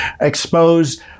expose